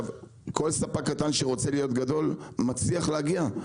כל ספק קטן שרוצה להיות ספק גדול מצליח להגיע,